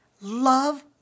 Love